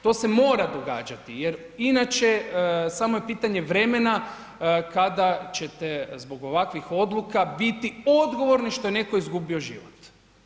To se mora događati jer inače samo je pitanje vremena kada ćete zbog ovakvih odluka biti odgovorni što je netko izgubio život.